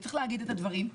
וצריך לומר את הדברים.